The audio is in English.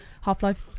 half-life